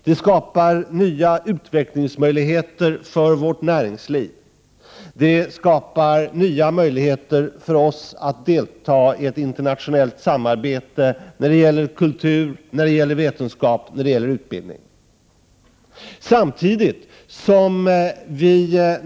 Den skapar nya möjligheter till utveckling för vårt näringsliv och nya möjligheter för Sverige att delta i ett internationellt samarbete när det gäller kultur, vetenskap och utbildning.